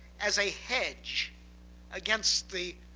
as a hedge against the